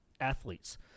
athletes